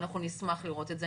אנחנו נשמח לראות את זה.